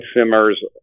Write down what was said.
simmers